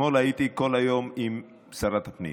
אתמול הייתי כל היום עם שרת הפנים.